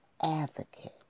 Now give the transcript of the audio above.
advocate